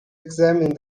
examine